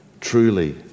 truly